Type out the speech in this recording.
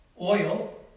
Oil